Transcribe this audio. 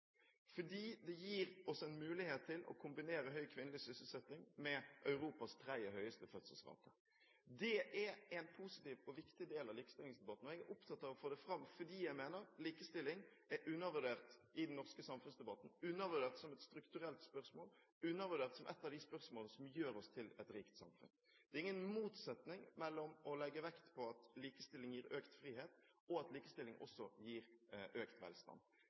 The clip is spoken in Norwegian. fordi det gir oss en mulighet til å kombinere høy kvinnelig sysselsetting med Europas tredje høyeste fødselsrate. Det er en positiv og viktig del av likestillingsdebatten. Jeg er opptatt av å få det fram, for jeg mener likestilling er undervurdert i den norske samfunnsdebatten – undervurdert som et strukturelt spørsmål, og undervurdert som noe av det som gjør oss til et rikt samfunn. Det er ingen motsetning mellom å legge vekt på at likestilling gir økt frihet og at likestilling gir økt velstand.